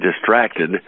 distracted